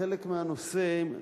בחלק מהנושאים,